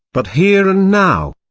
but here and now.